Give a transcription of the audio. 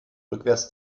rückwärts